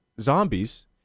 Zombies